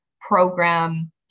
program